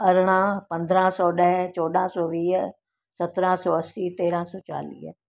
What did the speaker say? अरिड़हं पंद्राहं सौ ॾह चौॾहं सौ वीह सत्रहं सौ असी तेरहं सौ चालीह